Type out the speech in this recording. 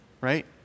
right